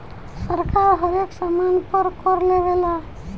सरकार हरेक सामान पर कर लेवेला